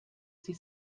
sie